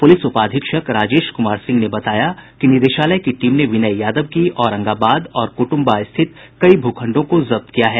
police उपाधीक्षक राजेश कुमार सिंह ने बताया कि निदेशालय की टीम ने विनय यादव की औरंगाबाद और कुटुम्बा स्थित कई भू खंडों को जब्त किया है